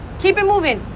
keep it moving